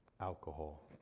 alcohol